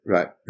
Right